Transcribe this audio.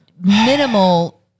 minimal